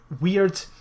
weird